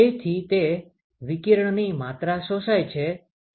તેથી તે વિકિરણની માત્રા શોષાય છે તે છે